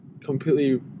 completely